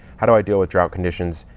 how do i deal with drought conditions,